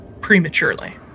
Prematurely